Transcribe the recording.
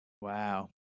Wow